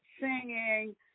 singing